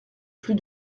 plus